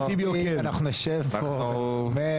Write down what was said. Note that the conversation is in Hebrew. אדוני היושב ראש, אנחנו נשב פה וננמק.